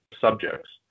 subjects